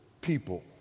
people